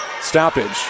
stoppage